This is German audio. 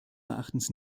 erachtens